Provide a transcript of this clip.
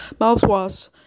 mouthwash